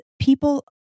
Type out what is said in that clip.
people